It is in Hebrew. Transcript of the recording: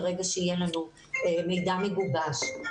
ברגע שיהיה לנו מידע מגובש.